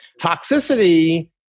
toxicity